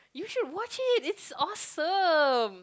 you should watch it it's awesome